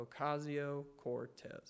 Ocasio-Cortez